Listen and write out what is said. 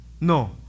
No